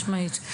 חד משמעית.